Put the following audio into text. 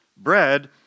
bread